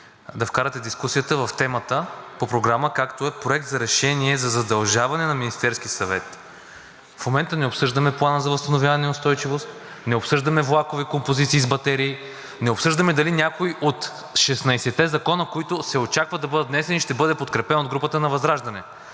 да вкарате дискусията в темата по Програмата, която е: Проект за решение за задължаване на Министерския съвет. В момента не обсъждаме Плана за възстановяване и устойчивост, не обсъждаме влакови композиции с батерии, не обсъждаме дали някои от 16-те закона, които се очаква да бъдат внесени, ще бъдат подкрепени от групата на ВЪЗРАЖДАНЕ.